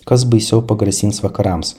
kas baisiau pagrasins vakarams